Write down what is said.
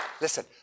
listen